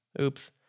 Oops